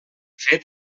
fet